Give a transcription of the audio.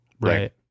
right